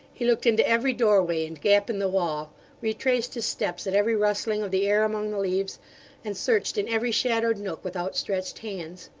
he looked into every doorway and gap in the wall retraced his steps at every rustling of the air among the leaves and searched in every shadowed nook with outstretched hands.